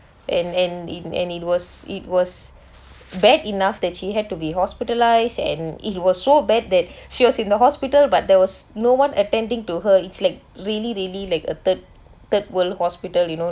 and and in and it was it was bad enough that she had to be hospitalised and it was so bad that she was in the hospital but there was no one attending to her it's like really really like a third third world hospital you know